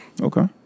Okay